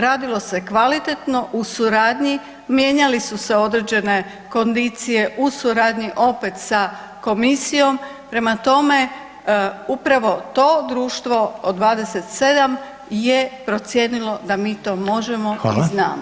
Radilo se kvalitetno u suradnji, mijenjale su se određene kondicije u suradnji opet sa Komisijom, prema tome upravo to društvo od 27 je procijenilo da mi to možemo i znamo.